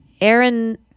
Aaron